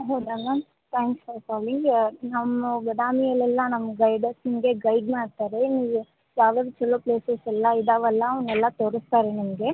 ಹೌದಾ ma'am thanks for calling ನಮ್ಮ ಬಾದಾಮಿಯಲ್ಲೆಲ್ಲ ನಮ್ಮ ಗೈಡರ್ಸ್ ಹೀಗೆ ಗೈಡ್ ಮಾಡ್ತಾರೆ ನೀವು ಯಾವ ಛಲೋ ಪ್ಲೇಸಸ್ ಎಲ್ಲಇದಾವಲ್ಲ ಅವನ್ನೆಲ್ಲ ತೋರಿಸ್ತಾರೆ ನಿಮಗೆ